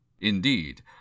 Indeed